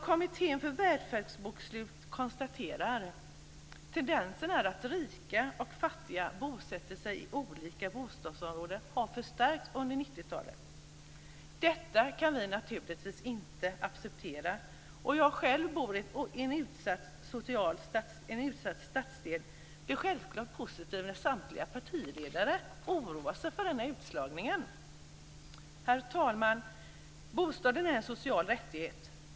Kommittén för välfärdsbokslut konstaterar att tendensen att rika och fattiga bosätter sig i olika bostadsområden har förstärkts under 90-talet. Detta kan vi naturligtvis inte acceptera. Eftersom jag själv bor i en socialt utsatt stadsdel blir jag självklart positiv när samtliga partiledare oroar sig för den ökade utslagningen m.m. Herr talman! Bostaden är en social rättighet.